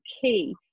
key